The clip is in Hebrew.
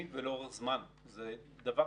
האינטרס הישראלי לא רק בתוכן אלא גם בדרך,